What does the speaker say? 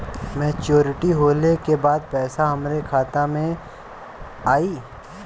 Maturity होले के बाद पैसा हमरे खाता में आई?